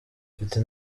mfite